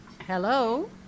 Hello